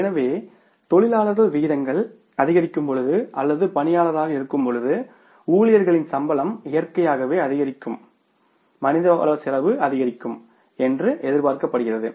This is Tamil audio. எனவே தொழிலாளர் விகிதங்கள் அதிகரிக்கும் போது அல்லது பணியாளராக இருக்கும்போது ஊழியர்களின் சம்பளம் இயற்கையாகவே அதிகரிக்கும் போது மனிதவள செலவு அதிகரிக்கும் என்று எதிர்பார்க்கப்படுகிறது